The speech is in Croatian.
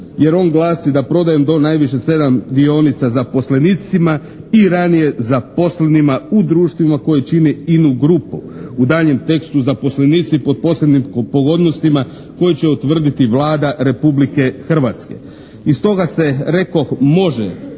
jer on glasi da prodajom do najviše 7 dionica zaposlenicima i ranije zaposlenima u društvima koje čini INA-u grupu, u daljnjem tekstu zaposlenici pod posebnim pogodnostima koje će utvrditi Vlada Republike Hrvatske. Iz toga se rekoh može